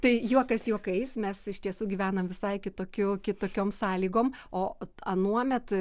tai juokas juokais mes iš tiesų gyvenam visai kitokiu kitokiom sąlygom o anuomet